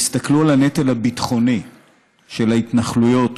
תסתכלו על הנטל הביטחוני של ההתנחלויות